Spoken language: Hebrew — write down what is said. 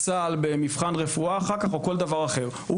צה"ל במבחן רפואה אחר כך או כל דבר אחר הוא